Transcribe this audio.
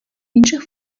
інших